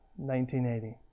1980